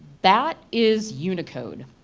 that is unicode.